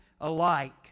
alike